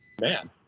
man